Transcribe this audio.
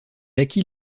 acquit